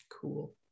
Cool